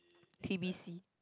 T_B_C